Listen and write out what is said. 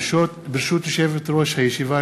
ברשות יושבת-ראש הישיבה,